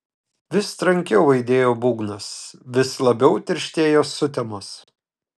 vis trankiau aidėjo būgnas vis labiau tirštėjo sutemos